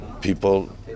people